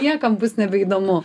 niekam bus nebeįdomu